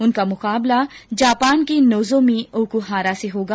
उनको मुकाबला जापान की नोजोमी ओकहारा से होगा